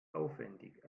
aufwendig